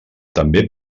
també